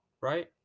right